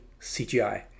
CGI